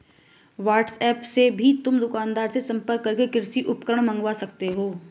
WhatsApp से भी तुम दुकानदार से संपर्क करके कृषि उपकरण मँगवा सकते हो